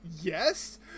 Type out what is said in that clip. yes